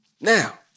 Now